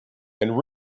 and